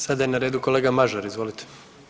Sada je na redu kolega Mažar, izvolite.